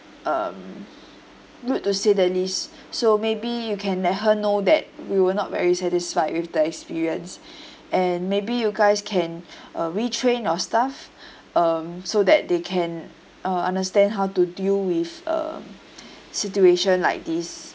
um rude to say the least so maybe you can let her know that we will not very satisfied with the experience and maybe you guys can uh retrain your staff um so that they can uh understand how to deal with um situation like this